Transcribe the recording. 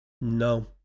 No